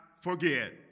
forget